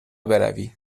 بروی